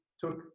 took